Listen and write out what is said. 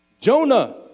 Jonah